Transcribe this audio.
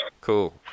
Cool